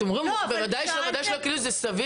אתם אומרים "בוודאי שלא" כאילו זה סביר,